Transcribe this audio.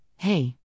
Hey